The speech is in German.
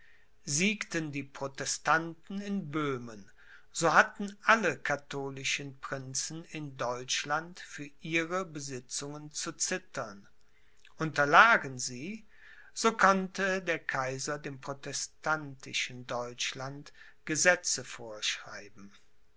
siegten die protestanten in böhmen so hatten alle katholischen prinzen in deutschland für ihre besitzungen zu zittern unterlagen sie so konnte der kaiser dem protestantische deutschland gesetze vorschreiben